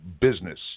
business